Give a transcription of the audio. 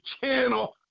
channel